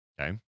Okay